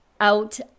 out